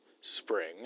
spring